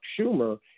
Schumer